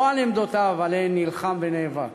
לא על עמדותיו שעליהן נלחם ונאבק,